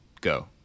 go